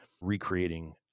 recreating